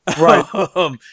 right